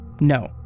no